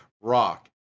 rock